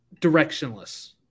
directionless